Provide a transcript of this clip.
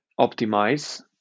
optimize